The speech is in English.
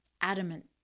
adamant